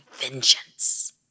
vengeance